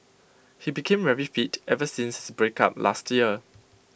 he became very fit ever since his breakup last year